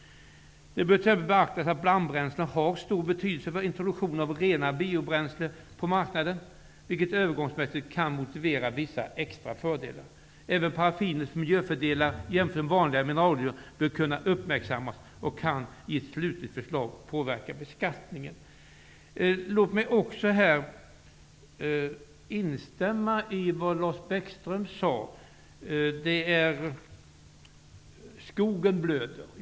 Det bör t.ex. beaktas att blandbränslena har en stor betydelse för introduktionen av rena biobränslen på marknaden, vilket övergångsmässigt kan motivera vissa extra fördelar. Även paraffinets miljöfördelar i jämförelse med vanliga mineraloljor bör uppmärksammas och kan i ett slutligt förslag påverka beskattningen. Jag vill också instämma i det som Lars Bäckström sade om att skogen blöder.